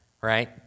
right